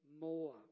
more